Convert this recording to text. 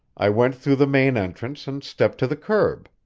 i went through the main entrance and stepped to the curb.